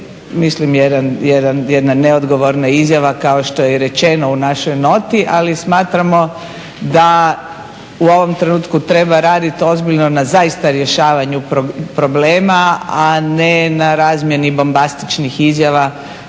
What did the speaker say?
mislim jedna neodgovorna izjava kao što je i rečeno u našoj noti ali smatramo da u ovom trenutku treba raditi ozbiljno na zaista rješavanju problema a ne na razmjeni bombastičnih izjava